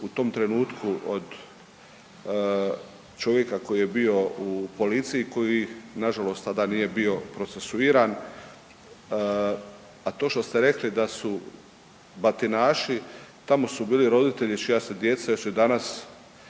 u tom trenutku, od čovjeka koji je bio u policiji koji nažalost tada nije bio procesuiran, a to što ste rekli da su batinaši, tamo su bili roditelji čija se djeca još i danas